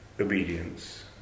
obedience